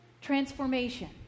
transformation